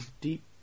deep